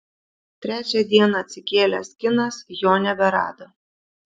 trečią dieną atsikėlęs kinas jo neberado